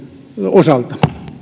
osalta